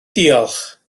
diolch